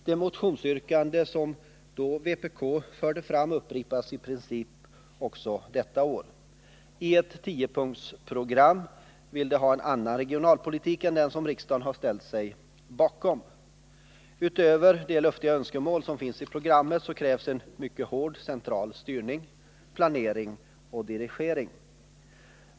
De motionsyrkanden som vpk då förde fram upprepas i princip också detta år. I ett tiopunktsprogram vill de ha en annan regionalpolitik än den som riksdagen har ställt sig bakom. Utöver de luftiga önskemål som finns i programmet krävs det en mycket hård central styrning, planering och dirigering.